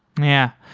yeah.